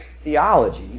theology